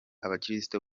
abakirisito